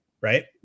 right